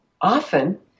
often